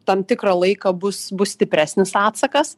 tam tikrą laiką bus bus stipresnis atsakas